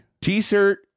t-shirt